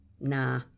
Nah